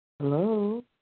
Hello